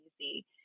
easy